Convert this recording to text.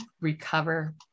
recover